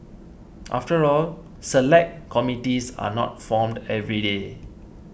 after all Select Committees are not formed every day